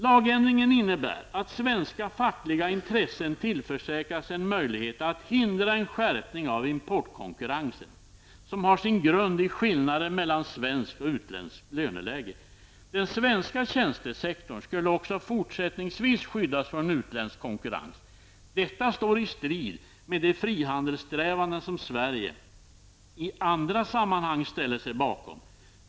Lagändringen innebär att svenska fackliga intressen tillförsäkras en möjlighet att hindra en skärpning av importkonkurrensen som har sin grund i skillnader mellan svenskt och utländskt löneläge. Den svenska tjänstesektorn skulle också fortsättningsvis skyddas från utländsk konkurrens. Detta står i strid med de frihandelssträvanden som Sverige i andra sammanhang ställer sig bakom.